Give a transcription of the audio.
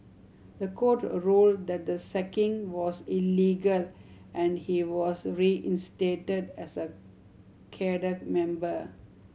the court a ruled that the sacking was illegal and he was reinstated as a member